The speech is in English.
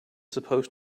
supposed